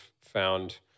found